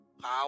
Power